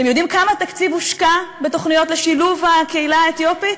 אתם יודעים כמה תקציב הושקע בתוכניות לשילוב הקהילה האתיופית?